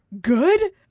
good